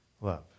Love